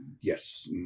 Yes